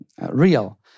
real